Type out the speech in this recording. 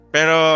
Pero